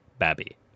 Babby